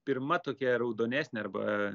pirma tokia raudonesnė arba